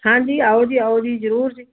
ਹਾਂਜੀ ਆਉ ਆਉ ਜੀ ਜ਼ਰੂਰ ਜੀ